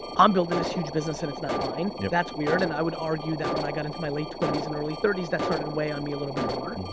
i'm building this huge business and it's not mine, yeah that's weird and i would argue that when i got into my late twenty s and early thirty s that started to weigh on me a little bit more.